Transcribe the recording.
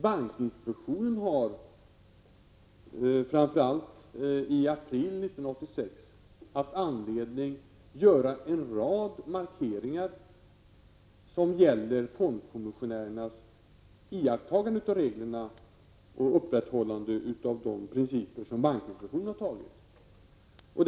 Bankinspektionen har, framför allt i april 1986, haft anledning att göra en rad markeringar som gäller fondkommissionärernas iakttagande av gällande regler och upprätthållande av de principer som bankinspektionen har fastställt.